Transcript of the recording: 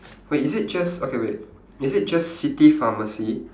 wait is it just okay wait is it just city pharmacy